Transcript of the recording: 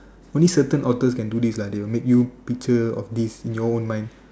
only certain authors can do this lah they will make you picture of this in your own mind